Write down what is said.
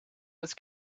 was